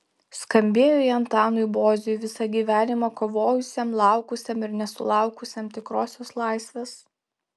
skambėjo jie antanui boziui visą gyvenimą kovojusiam laukusiam ir nesulaukusiam tikrosios laisvės